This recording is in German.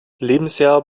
lebensjahr